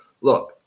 Look